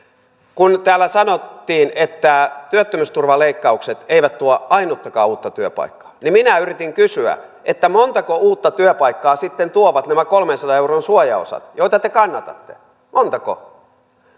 kun nyt täällä sanottiin että työttömyysturvan leikkaukset eivät tuo ainuttakaan uutta työpaikkaa niin minä yritin kysyä että montako uutta työpaikkaa sitten tuovat nämä kolmensadan euron suojaosat joita te kannatatte montako